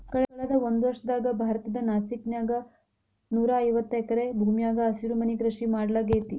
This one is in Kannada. ಕಳದ ಒಂದ್ವರ್ಷದಾಗ ಭಾರತದ ನಾಸಿಕ್ ನ್ಯಾಗ ನೂರಾಐವತ್ತ ಎಕರೆ ಭೂಮ್ಯಾಗ ಹಸಿರುಮನಿ ಕೃಷಿ ಮಾಡ್ಲಾಗೇತಿ